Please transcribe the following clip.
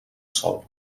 sol